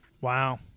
Wow